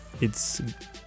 It's-